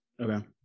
Okay